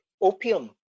opium